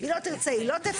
היא לא תרצה, היא לא תפרט.